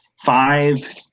Five